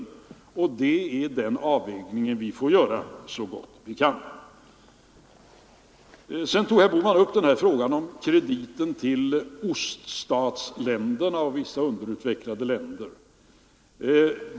Det är den avvägningen vi får göra så gott vi kan. Sedan tog herr Bohman upp frågan om krediten till öststatsländerna och vissa u-länder.